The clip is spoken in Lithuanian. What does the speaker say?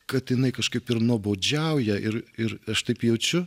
kad jinai kažkaip ir nuobodžiauja ir ir aš taip jaučiu